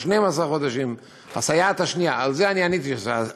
זה לגבי הסייעת השנייה, ועל זה אני עניתי לך.